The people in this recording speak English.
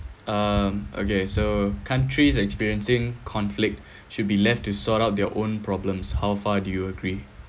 um okay so countries experiencing conflict should be left to sort out their own problems how far do you agree